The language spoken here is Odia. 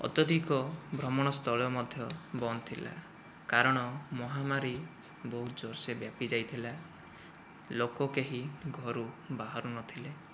ଅତ୍ୟଧିକ ଭ୍ରମଣ ସ୍ଥଳ ମଧ୍ୟ ବନ୍ଦ ଥିଲା କାରଣ ମହାମାରୀ ବହୁତ ଜୋରସେ ବ୍ୟାପି ଯାଇଥିଲା ଲୋକ କେହି ଘରୁ ବାହାରୁନଥିଲେ